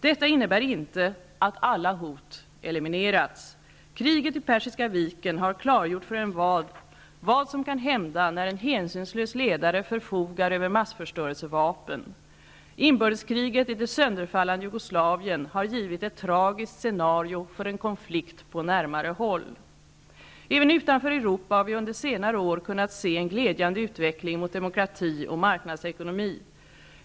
Detta innebär inte att alla hot eliminerats. Kriget i Persiska viken har klargjort för envar vad som kan hända när en hänsynslös ledare förfogar över massförstörelsevapen. Inbördeskriget i det sönderfallande Jugoslavien har givit ett tragiskt scenario för en konflikt på närmare håll. Även utanför Europa har vi under senare år kunnat se en glädjande utveckling mot demokrati och marknadsekonomi.